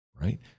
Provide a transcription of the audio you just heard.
right